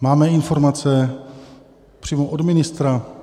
Máme informace přímo od ministra...